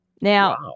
Now